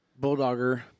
Bulldogger